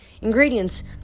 ingredients